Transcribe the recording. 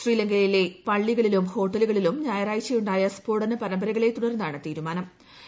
ശ്രീലങ്കയിലെ പള്ളികളിലും ഹോട്ടലുകളിലും ഞായറാഴ്ച ഉണ്ടായ സ്ഫോടന പരമ്പരകളെ തുടർന്നാണ് തീരുമാനം